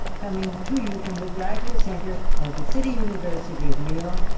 coming to you from the graduate center of the city university of new york.